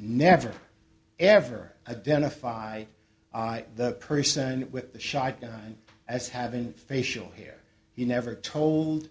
never ever identify i the person with the shotgun as having facial hair he never told